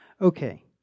Okay